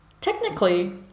Technically